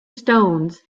stones